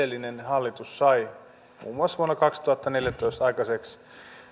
hallitus sai muun muassa vuonna kaksituhattaneljätoista aikaiseksi